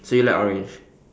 so you like orange